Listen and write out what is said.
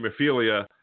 hemophilia